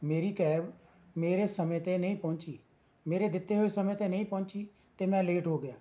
ਮੇਰੀ ਕੈਬ ਮੇਰੇ ਸਮੇਂ 'ਤੇ ਨਹੀਂ ਪਹੁੰਚੀ ਮੇਰੇ ਦਿੱਤੇ ਹੋਏ ਸਮੇਂ 'ਤੇ ਨਹੀਂ ਪਹੁੰਚੀ ਅਤੇ ਮੈਂ ਲੇਟ ਹੋ ਗਿਆ